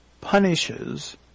punishes